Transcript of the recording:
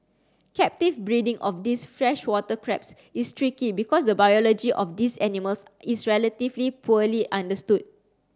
captive breeding of these freshwater crabs is tricky because the biology of these animals is relatively poorly understood